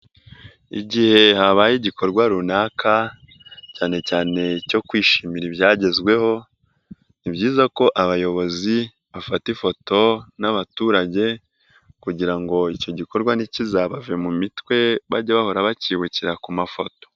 Igihe habaye igikorwa runaka cyane cyane cyo kwishimira ibyagezweho ni byiza ko abayobozi bafata ifoto n'abaturage kugira ngo icyo gikorwa ntikizabave mu mitwe bage bahora bakibukira ku mafoto.